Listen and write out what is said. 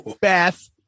Beth